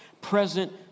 present